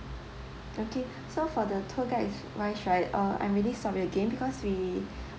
okay so for the tour guide's wise right uh I'm really sorry again because we